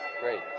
Great